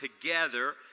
together